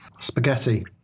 Spaghetti